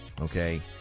Okay